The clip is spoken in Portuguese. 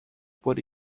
por